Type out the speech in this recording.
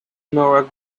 more